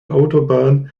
autobahnen